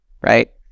right